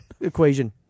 equation